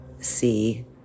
see